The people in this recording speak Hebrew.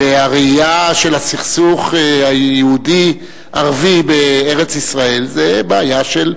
והראייה של הסכסוך היהודי ערבי בארץ-ישראל זה בעיה של,